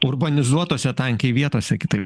urbanizuotose tankiai vietose kitai